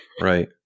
Right